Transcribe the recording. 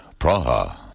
Praha